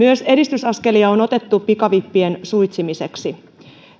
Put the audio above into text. myös edistysaskelia on otettu pikavippien suitsimiseksi